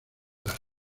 las